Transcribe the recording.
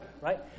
right